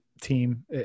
team